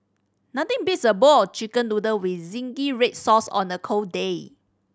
nothing beats a bowl of Chicken Noodles with zingy red sauce on a cold day